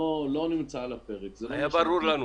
לא נמצא על הפרק.